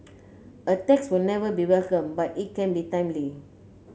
a tax will never be welcome but it can be timely